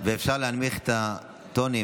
ואפשר להנמיך את הטונים.